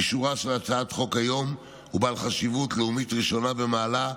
אישורה של הצעת החוק היום הוא בעל חשיבות לאומית ראשונה במעלה,